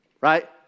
right